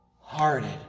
hearted